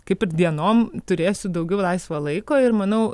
kaip ir dienom turėsiu daugiau laisvo laiko ir manau